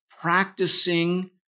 practicing